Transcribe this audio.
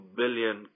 billion